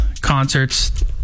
concerts